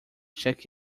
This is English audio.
check